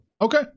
Okay